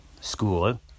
school